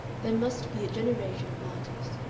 there must be a generation of martyrs.